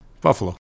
Buffalo